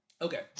Okay